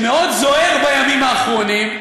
שמאוד זוהר בימים האחרונים,